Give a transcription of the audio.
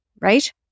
Right